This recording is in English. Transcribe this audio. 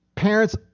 Parents